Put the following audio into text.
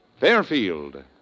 Fairfield